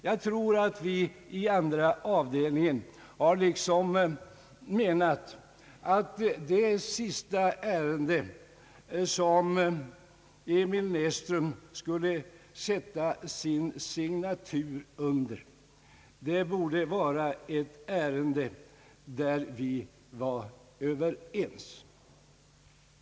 Jag tror att vi i andra avdelningen liksom har menat, att det sista ärende som herr Emil Näsström skulle sätta sin signatur under borde vara ett ärende där vi var överens.